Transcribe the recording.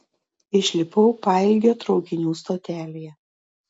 išlipau pailgio traukinių stotelėje